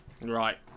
Right